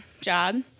job